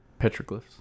petroglyphs